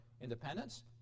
independence